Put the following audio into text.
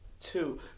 Two